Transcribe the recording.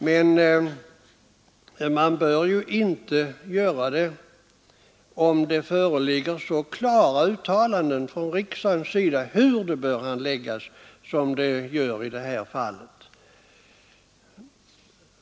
Men man bör ju inte göra som man gjort om det föreligger så klara uttalanden som i det här fallet från riksdagens sida om hur saken skall handläggas.